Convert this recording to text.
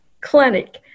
clinic